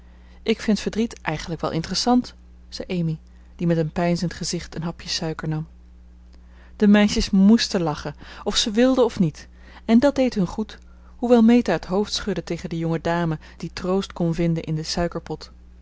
ik vind verdriet eigenlijk wel interessant zei amy die met een peinzend gezicht een hapje suiker nam de meisjes moesten lachen of ze wilden of niet en dat deed hun goed hoewel meta het hoofd schudde tegen de jonge dame die troost kon vinden in den suikerpot